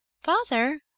Father